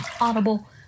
Audible